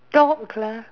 talk lah